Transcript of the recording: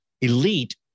elite